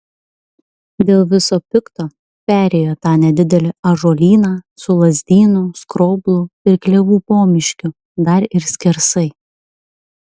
dėl viso pikto perėjo tą nedidelį ąžuolyną su lazdynų skroblų ir klevų pomiškiu dar ir skersai